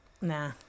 Nah